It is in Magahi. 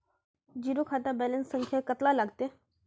जीरो खाता बैलेंस संख्या कतला लगते?